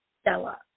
Stella